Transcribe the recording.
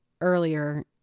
earlier